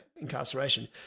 incarceration